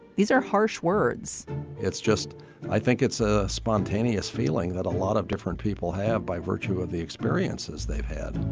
these are harsh words it's just i think it's a spontaneous feeling that a lot of different people have by virtue of the experiences they've had